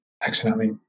accidentally